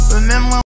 Remember